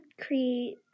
create